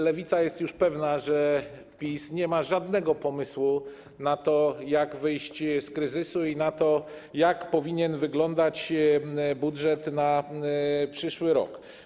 Lewica jest już pewna, że PiS nie ma żadnego pomysłu na to, jak wyjść z kryzysu i na to, jak powinien wyglądać budżet na przyszły rok.